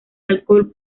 alcohol